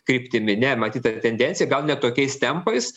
kryptimi ne matyt ta tendencija gal ne tokiais tempais